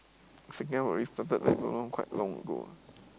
second one already started if I'm not wrong quite long ago